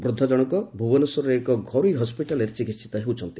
ବୃଦ୍ଧ ଜଶଙ୍କ ଭୁବନେଶ୍ୱରର ଏକ ଘରୋଇ ହସିଟାଲରେ ଚିକିହିତ ହେଉଛନ୍ତି